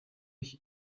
ich